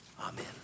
amen